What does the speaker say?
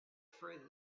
for